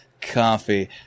Coffee